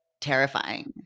terrifying